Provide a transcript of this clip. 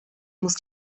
muss